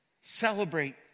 celebrate